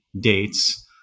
dates